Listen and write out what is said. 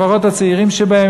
לפחות הצעירים שבהם,